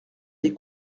des